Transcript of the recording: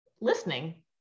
listening